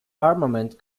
armament